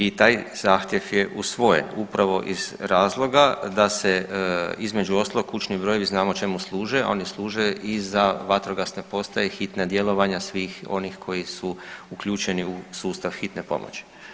I taj zahtjev je usvojen upravo iz razloga da se između ostalog, kućni brojevi znamo čemu služe, oni služe i za vatrogasne postaje, hitna djelovanja svih onih koji su uključeni u sustav hitne pomoći.